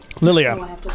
Lilia